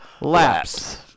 laps